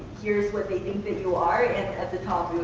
here's what they think that you are, and at the top,